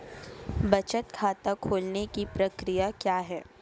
बचत खाता खोलने की प्रक्रिया क्या है?